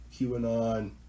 QAnon